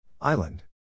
Island